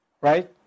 Right